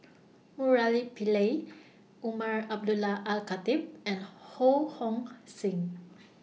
Murali Pillai Umar Abdullah Al Khatib and Ho Hong Sing